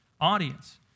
audience